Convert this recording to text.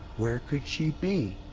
where could she be?